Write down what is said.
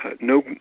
no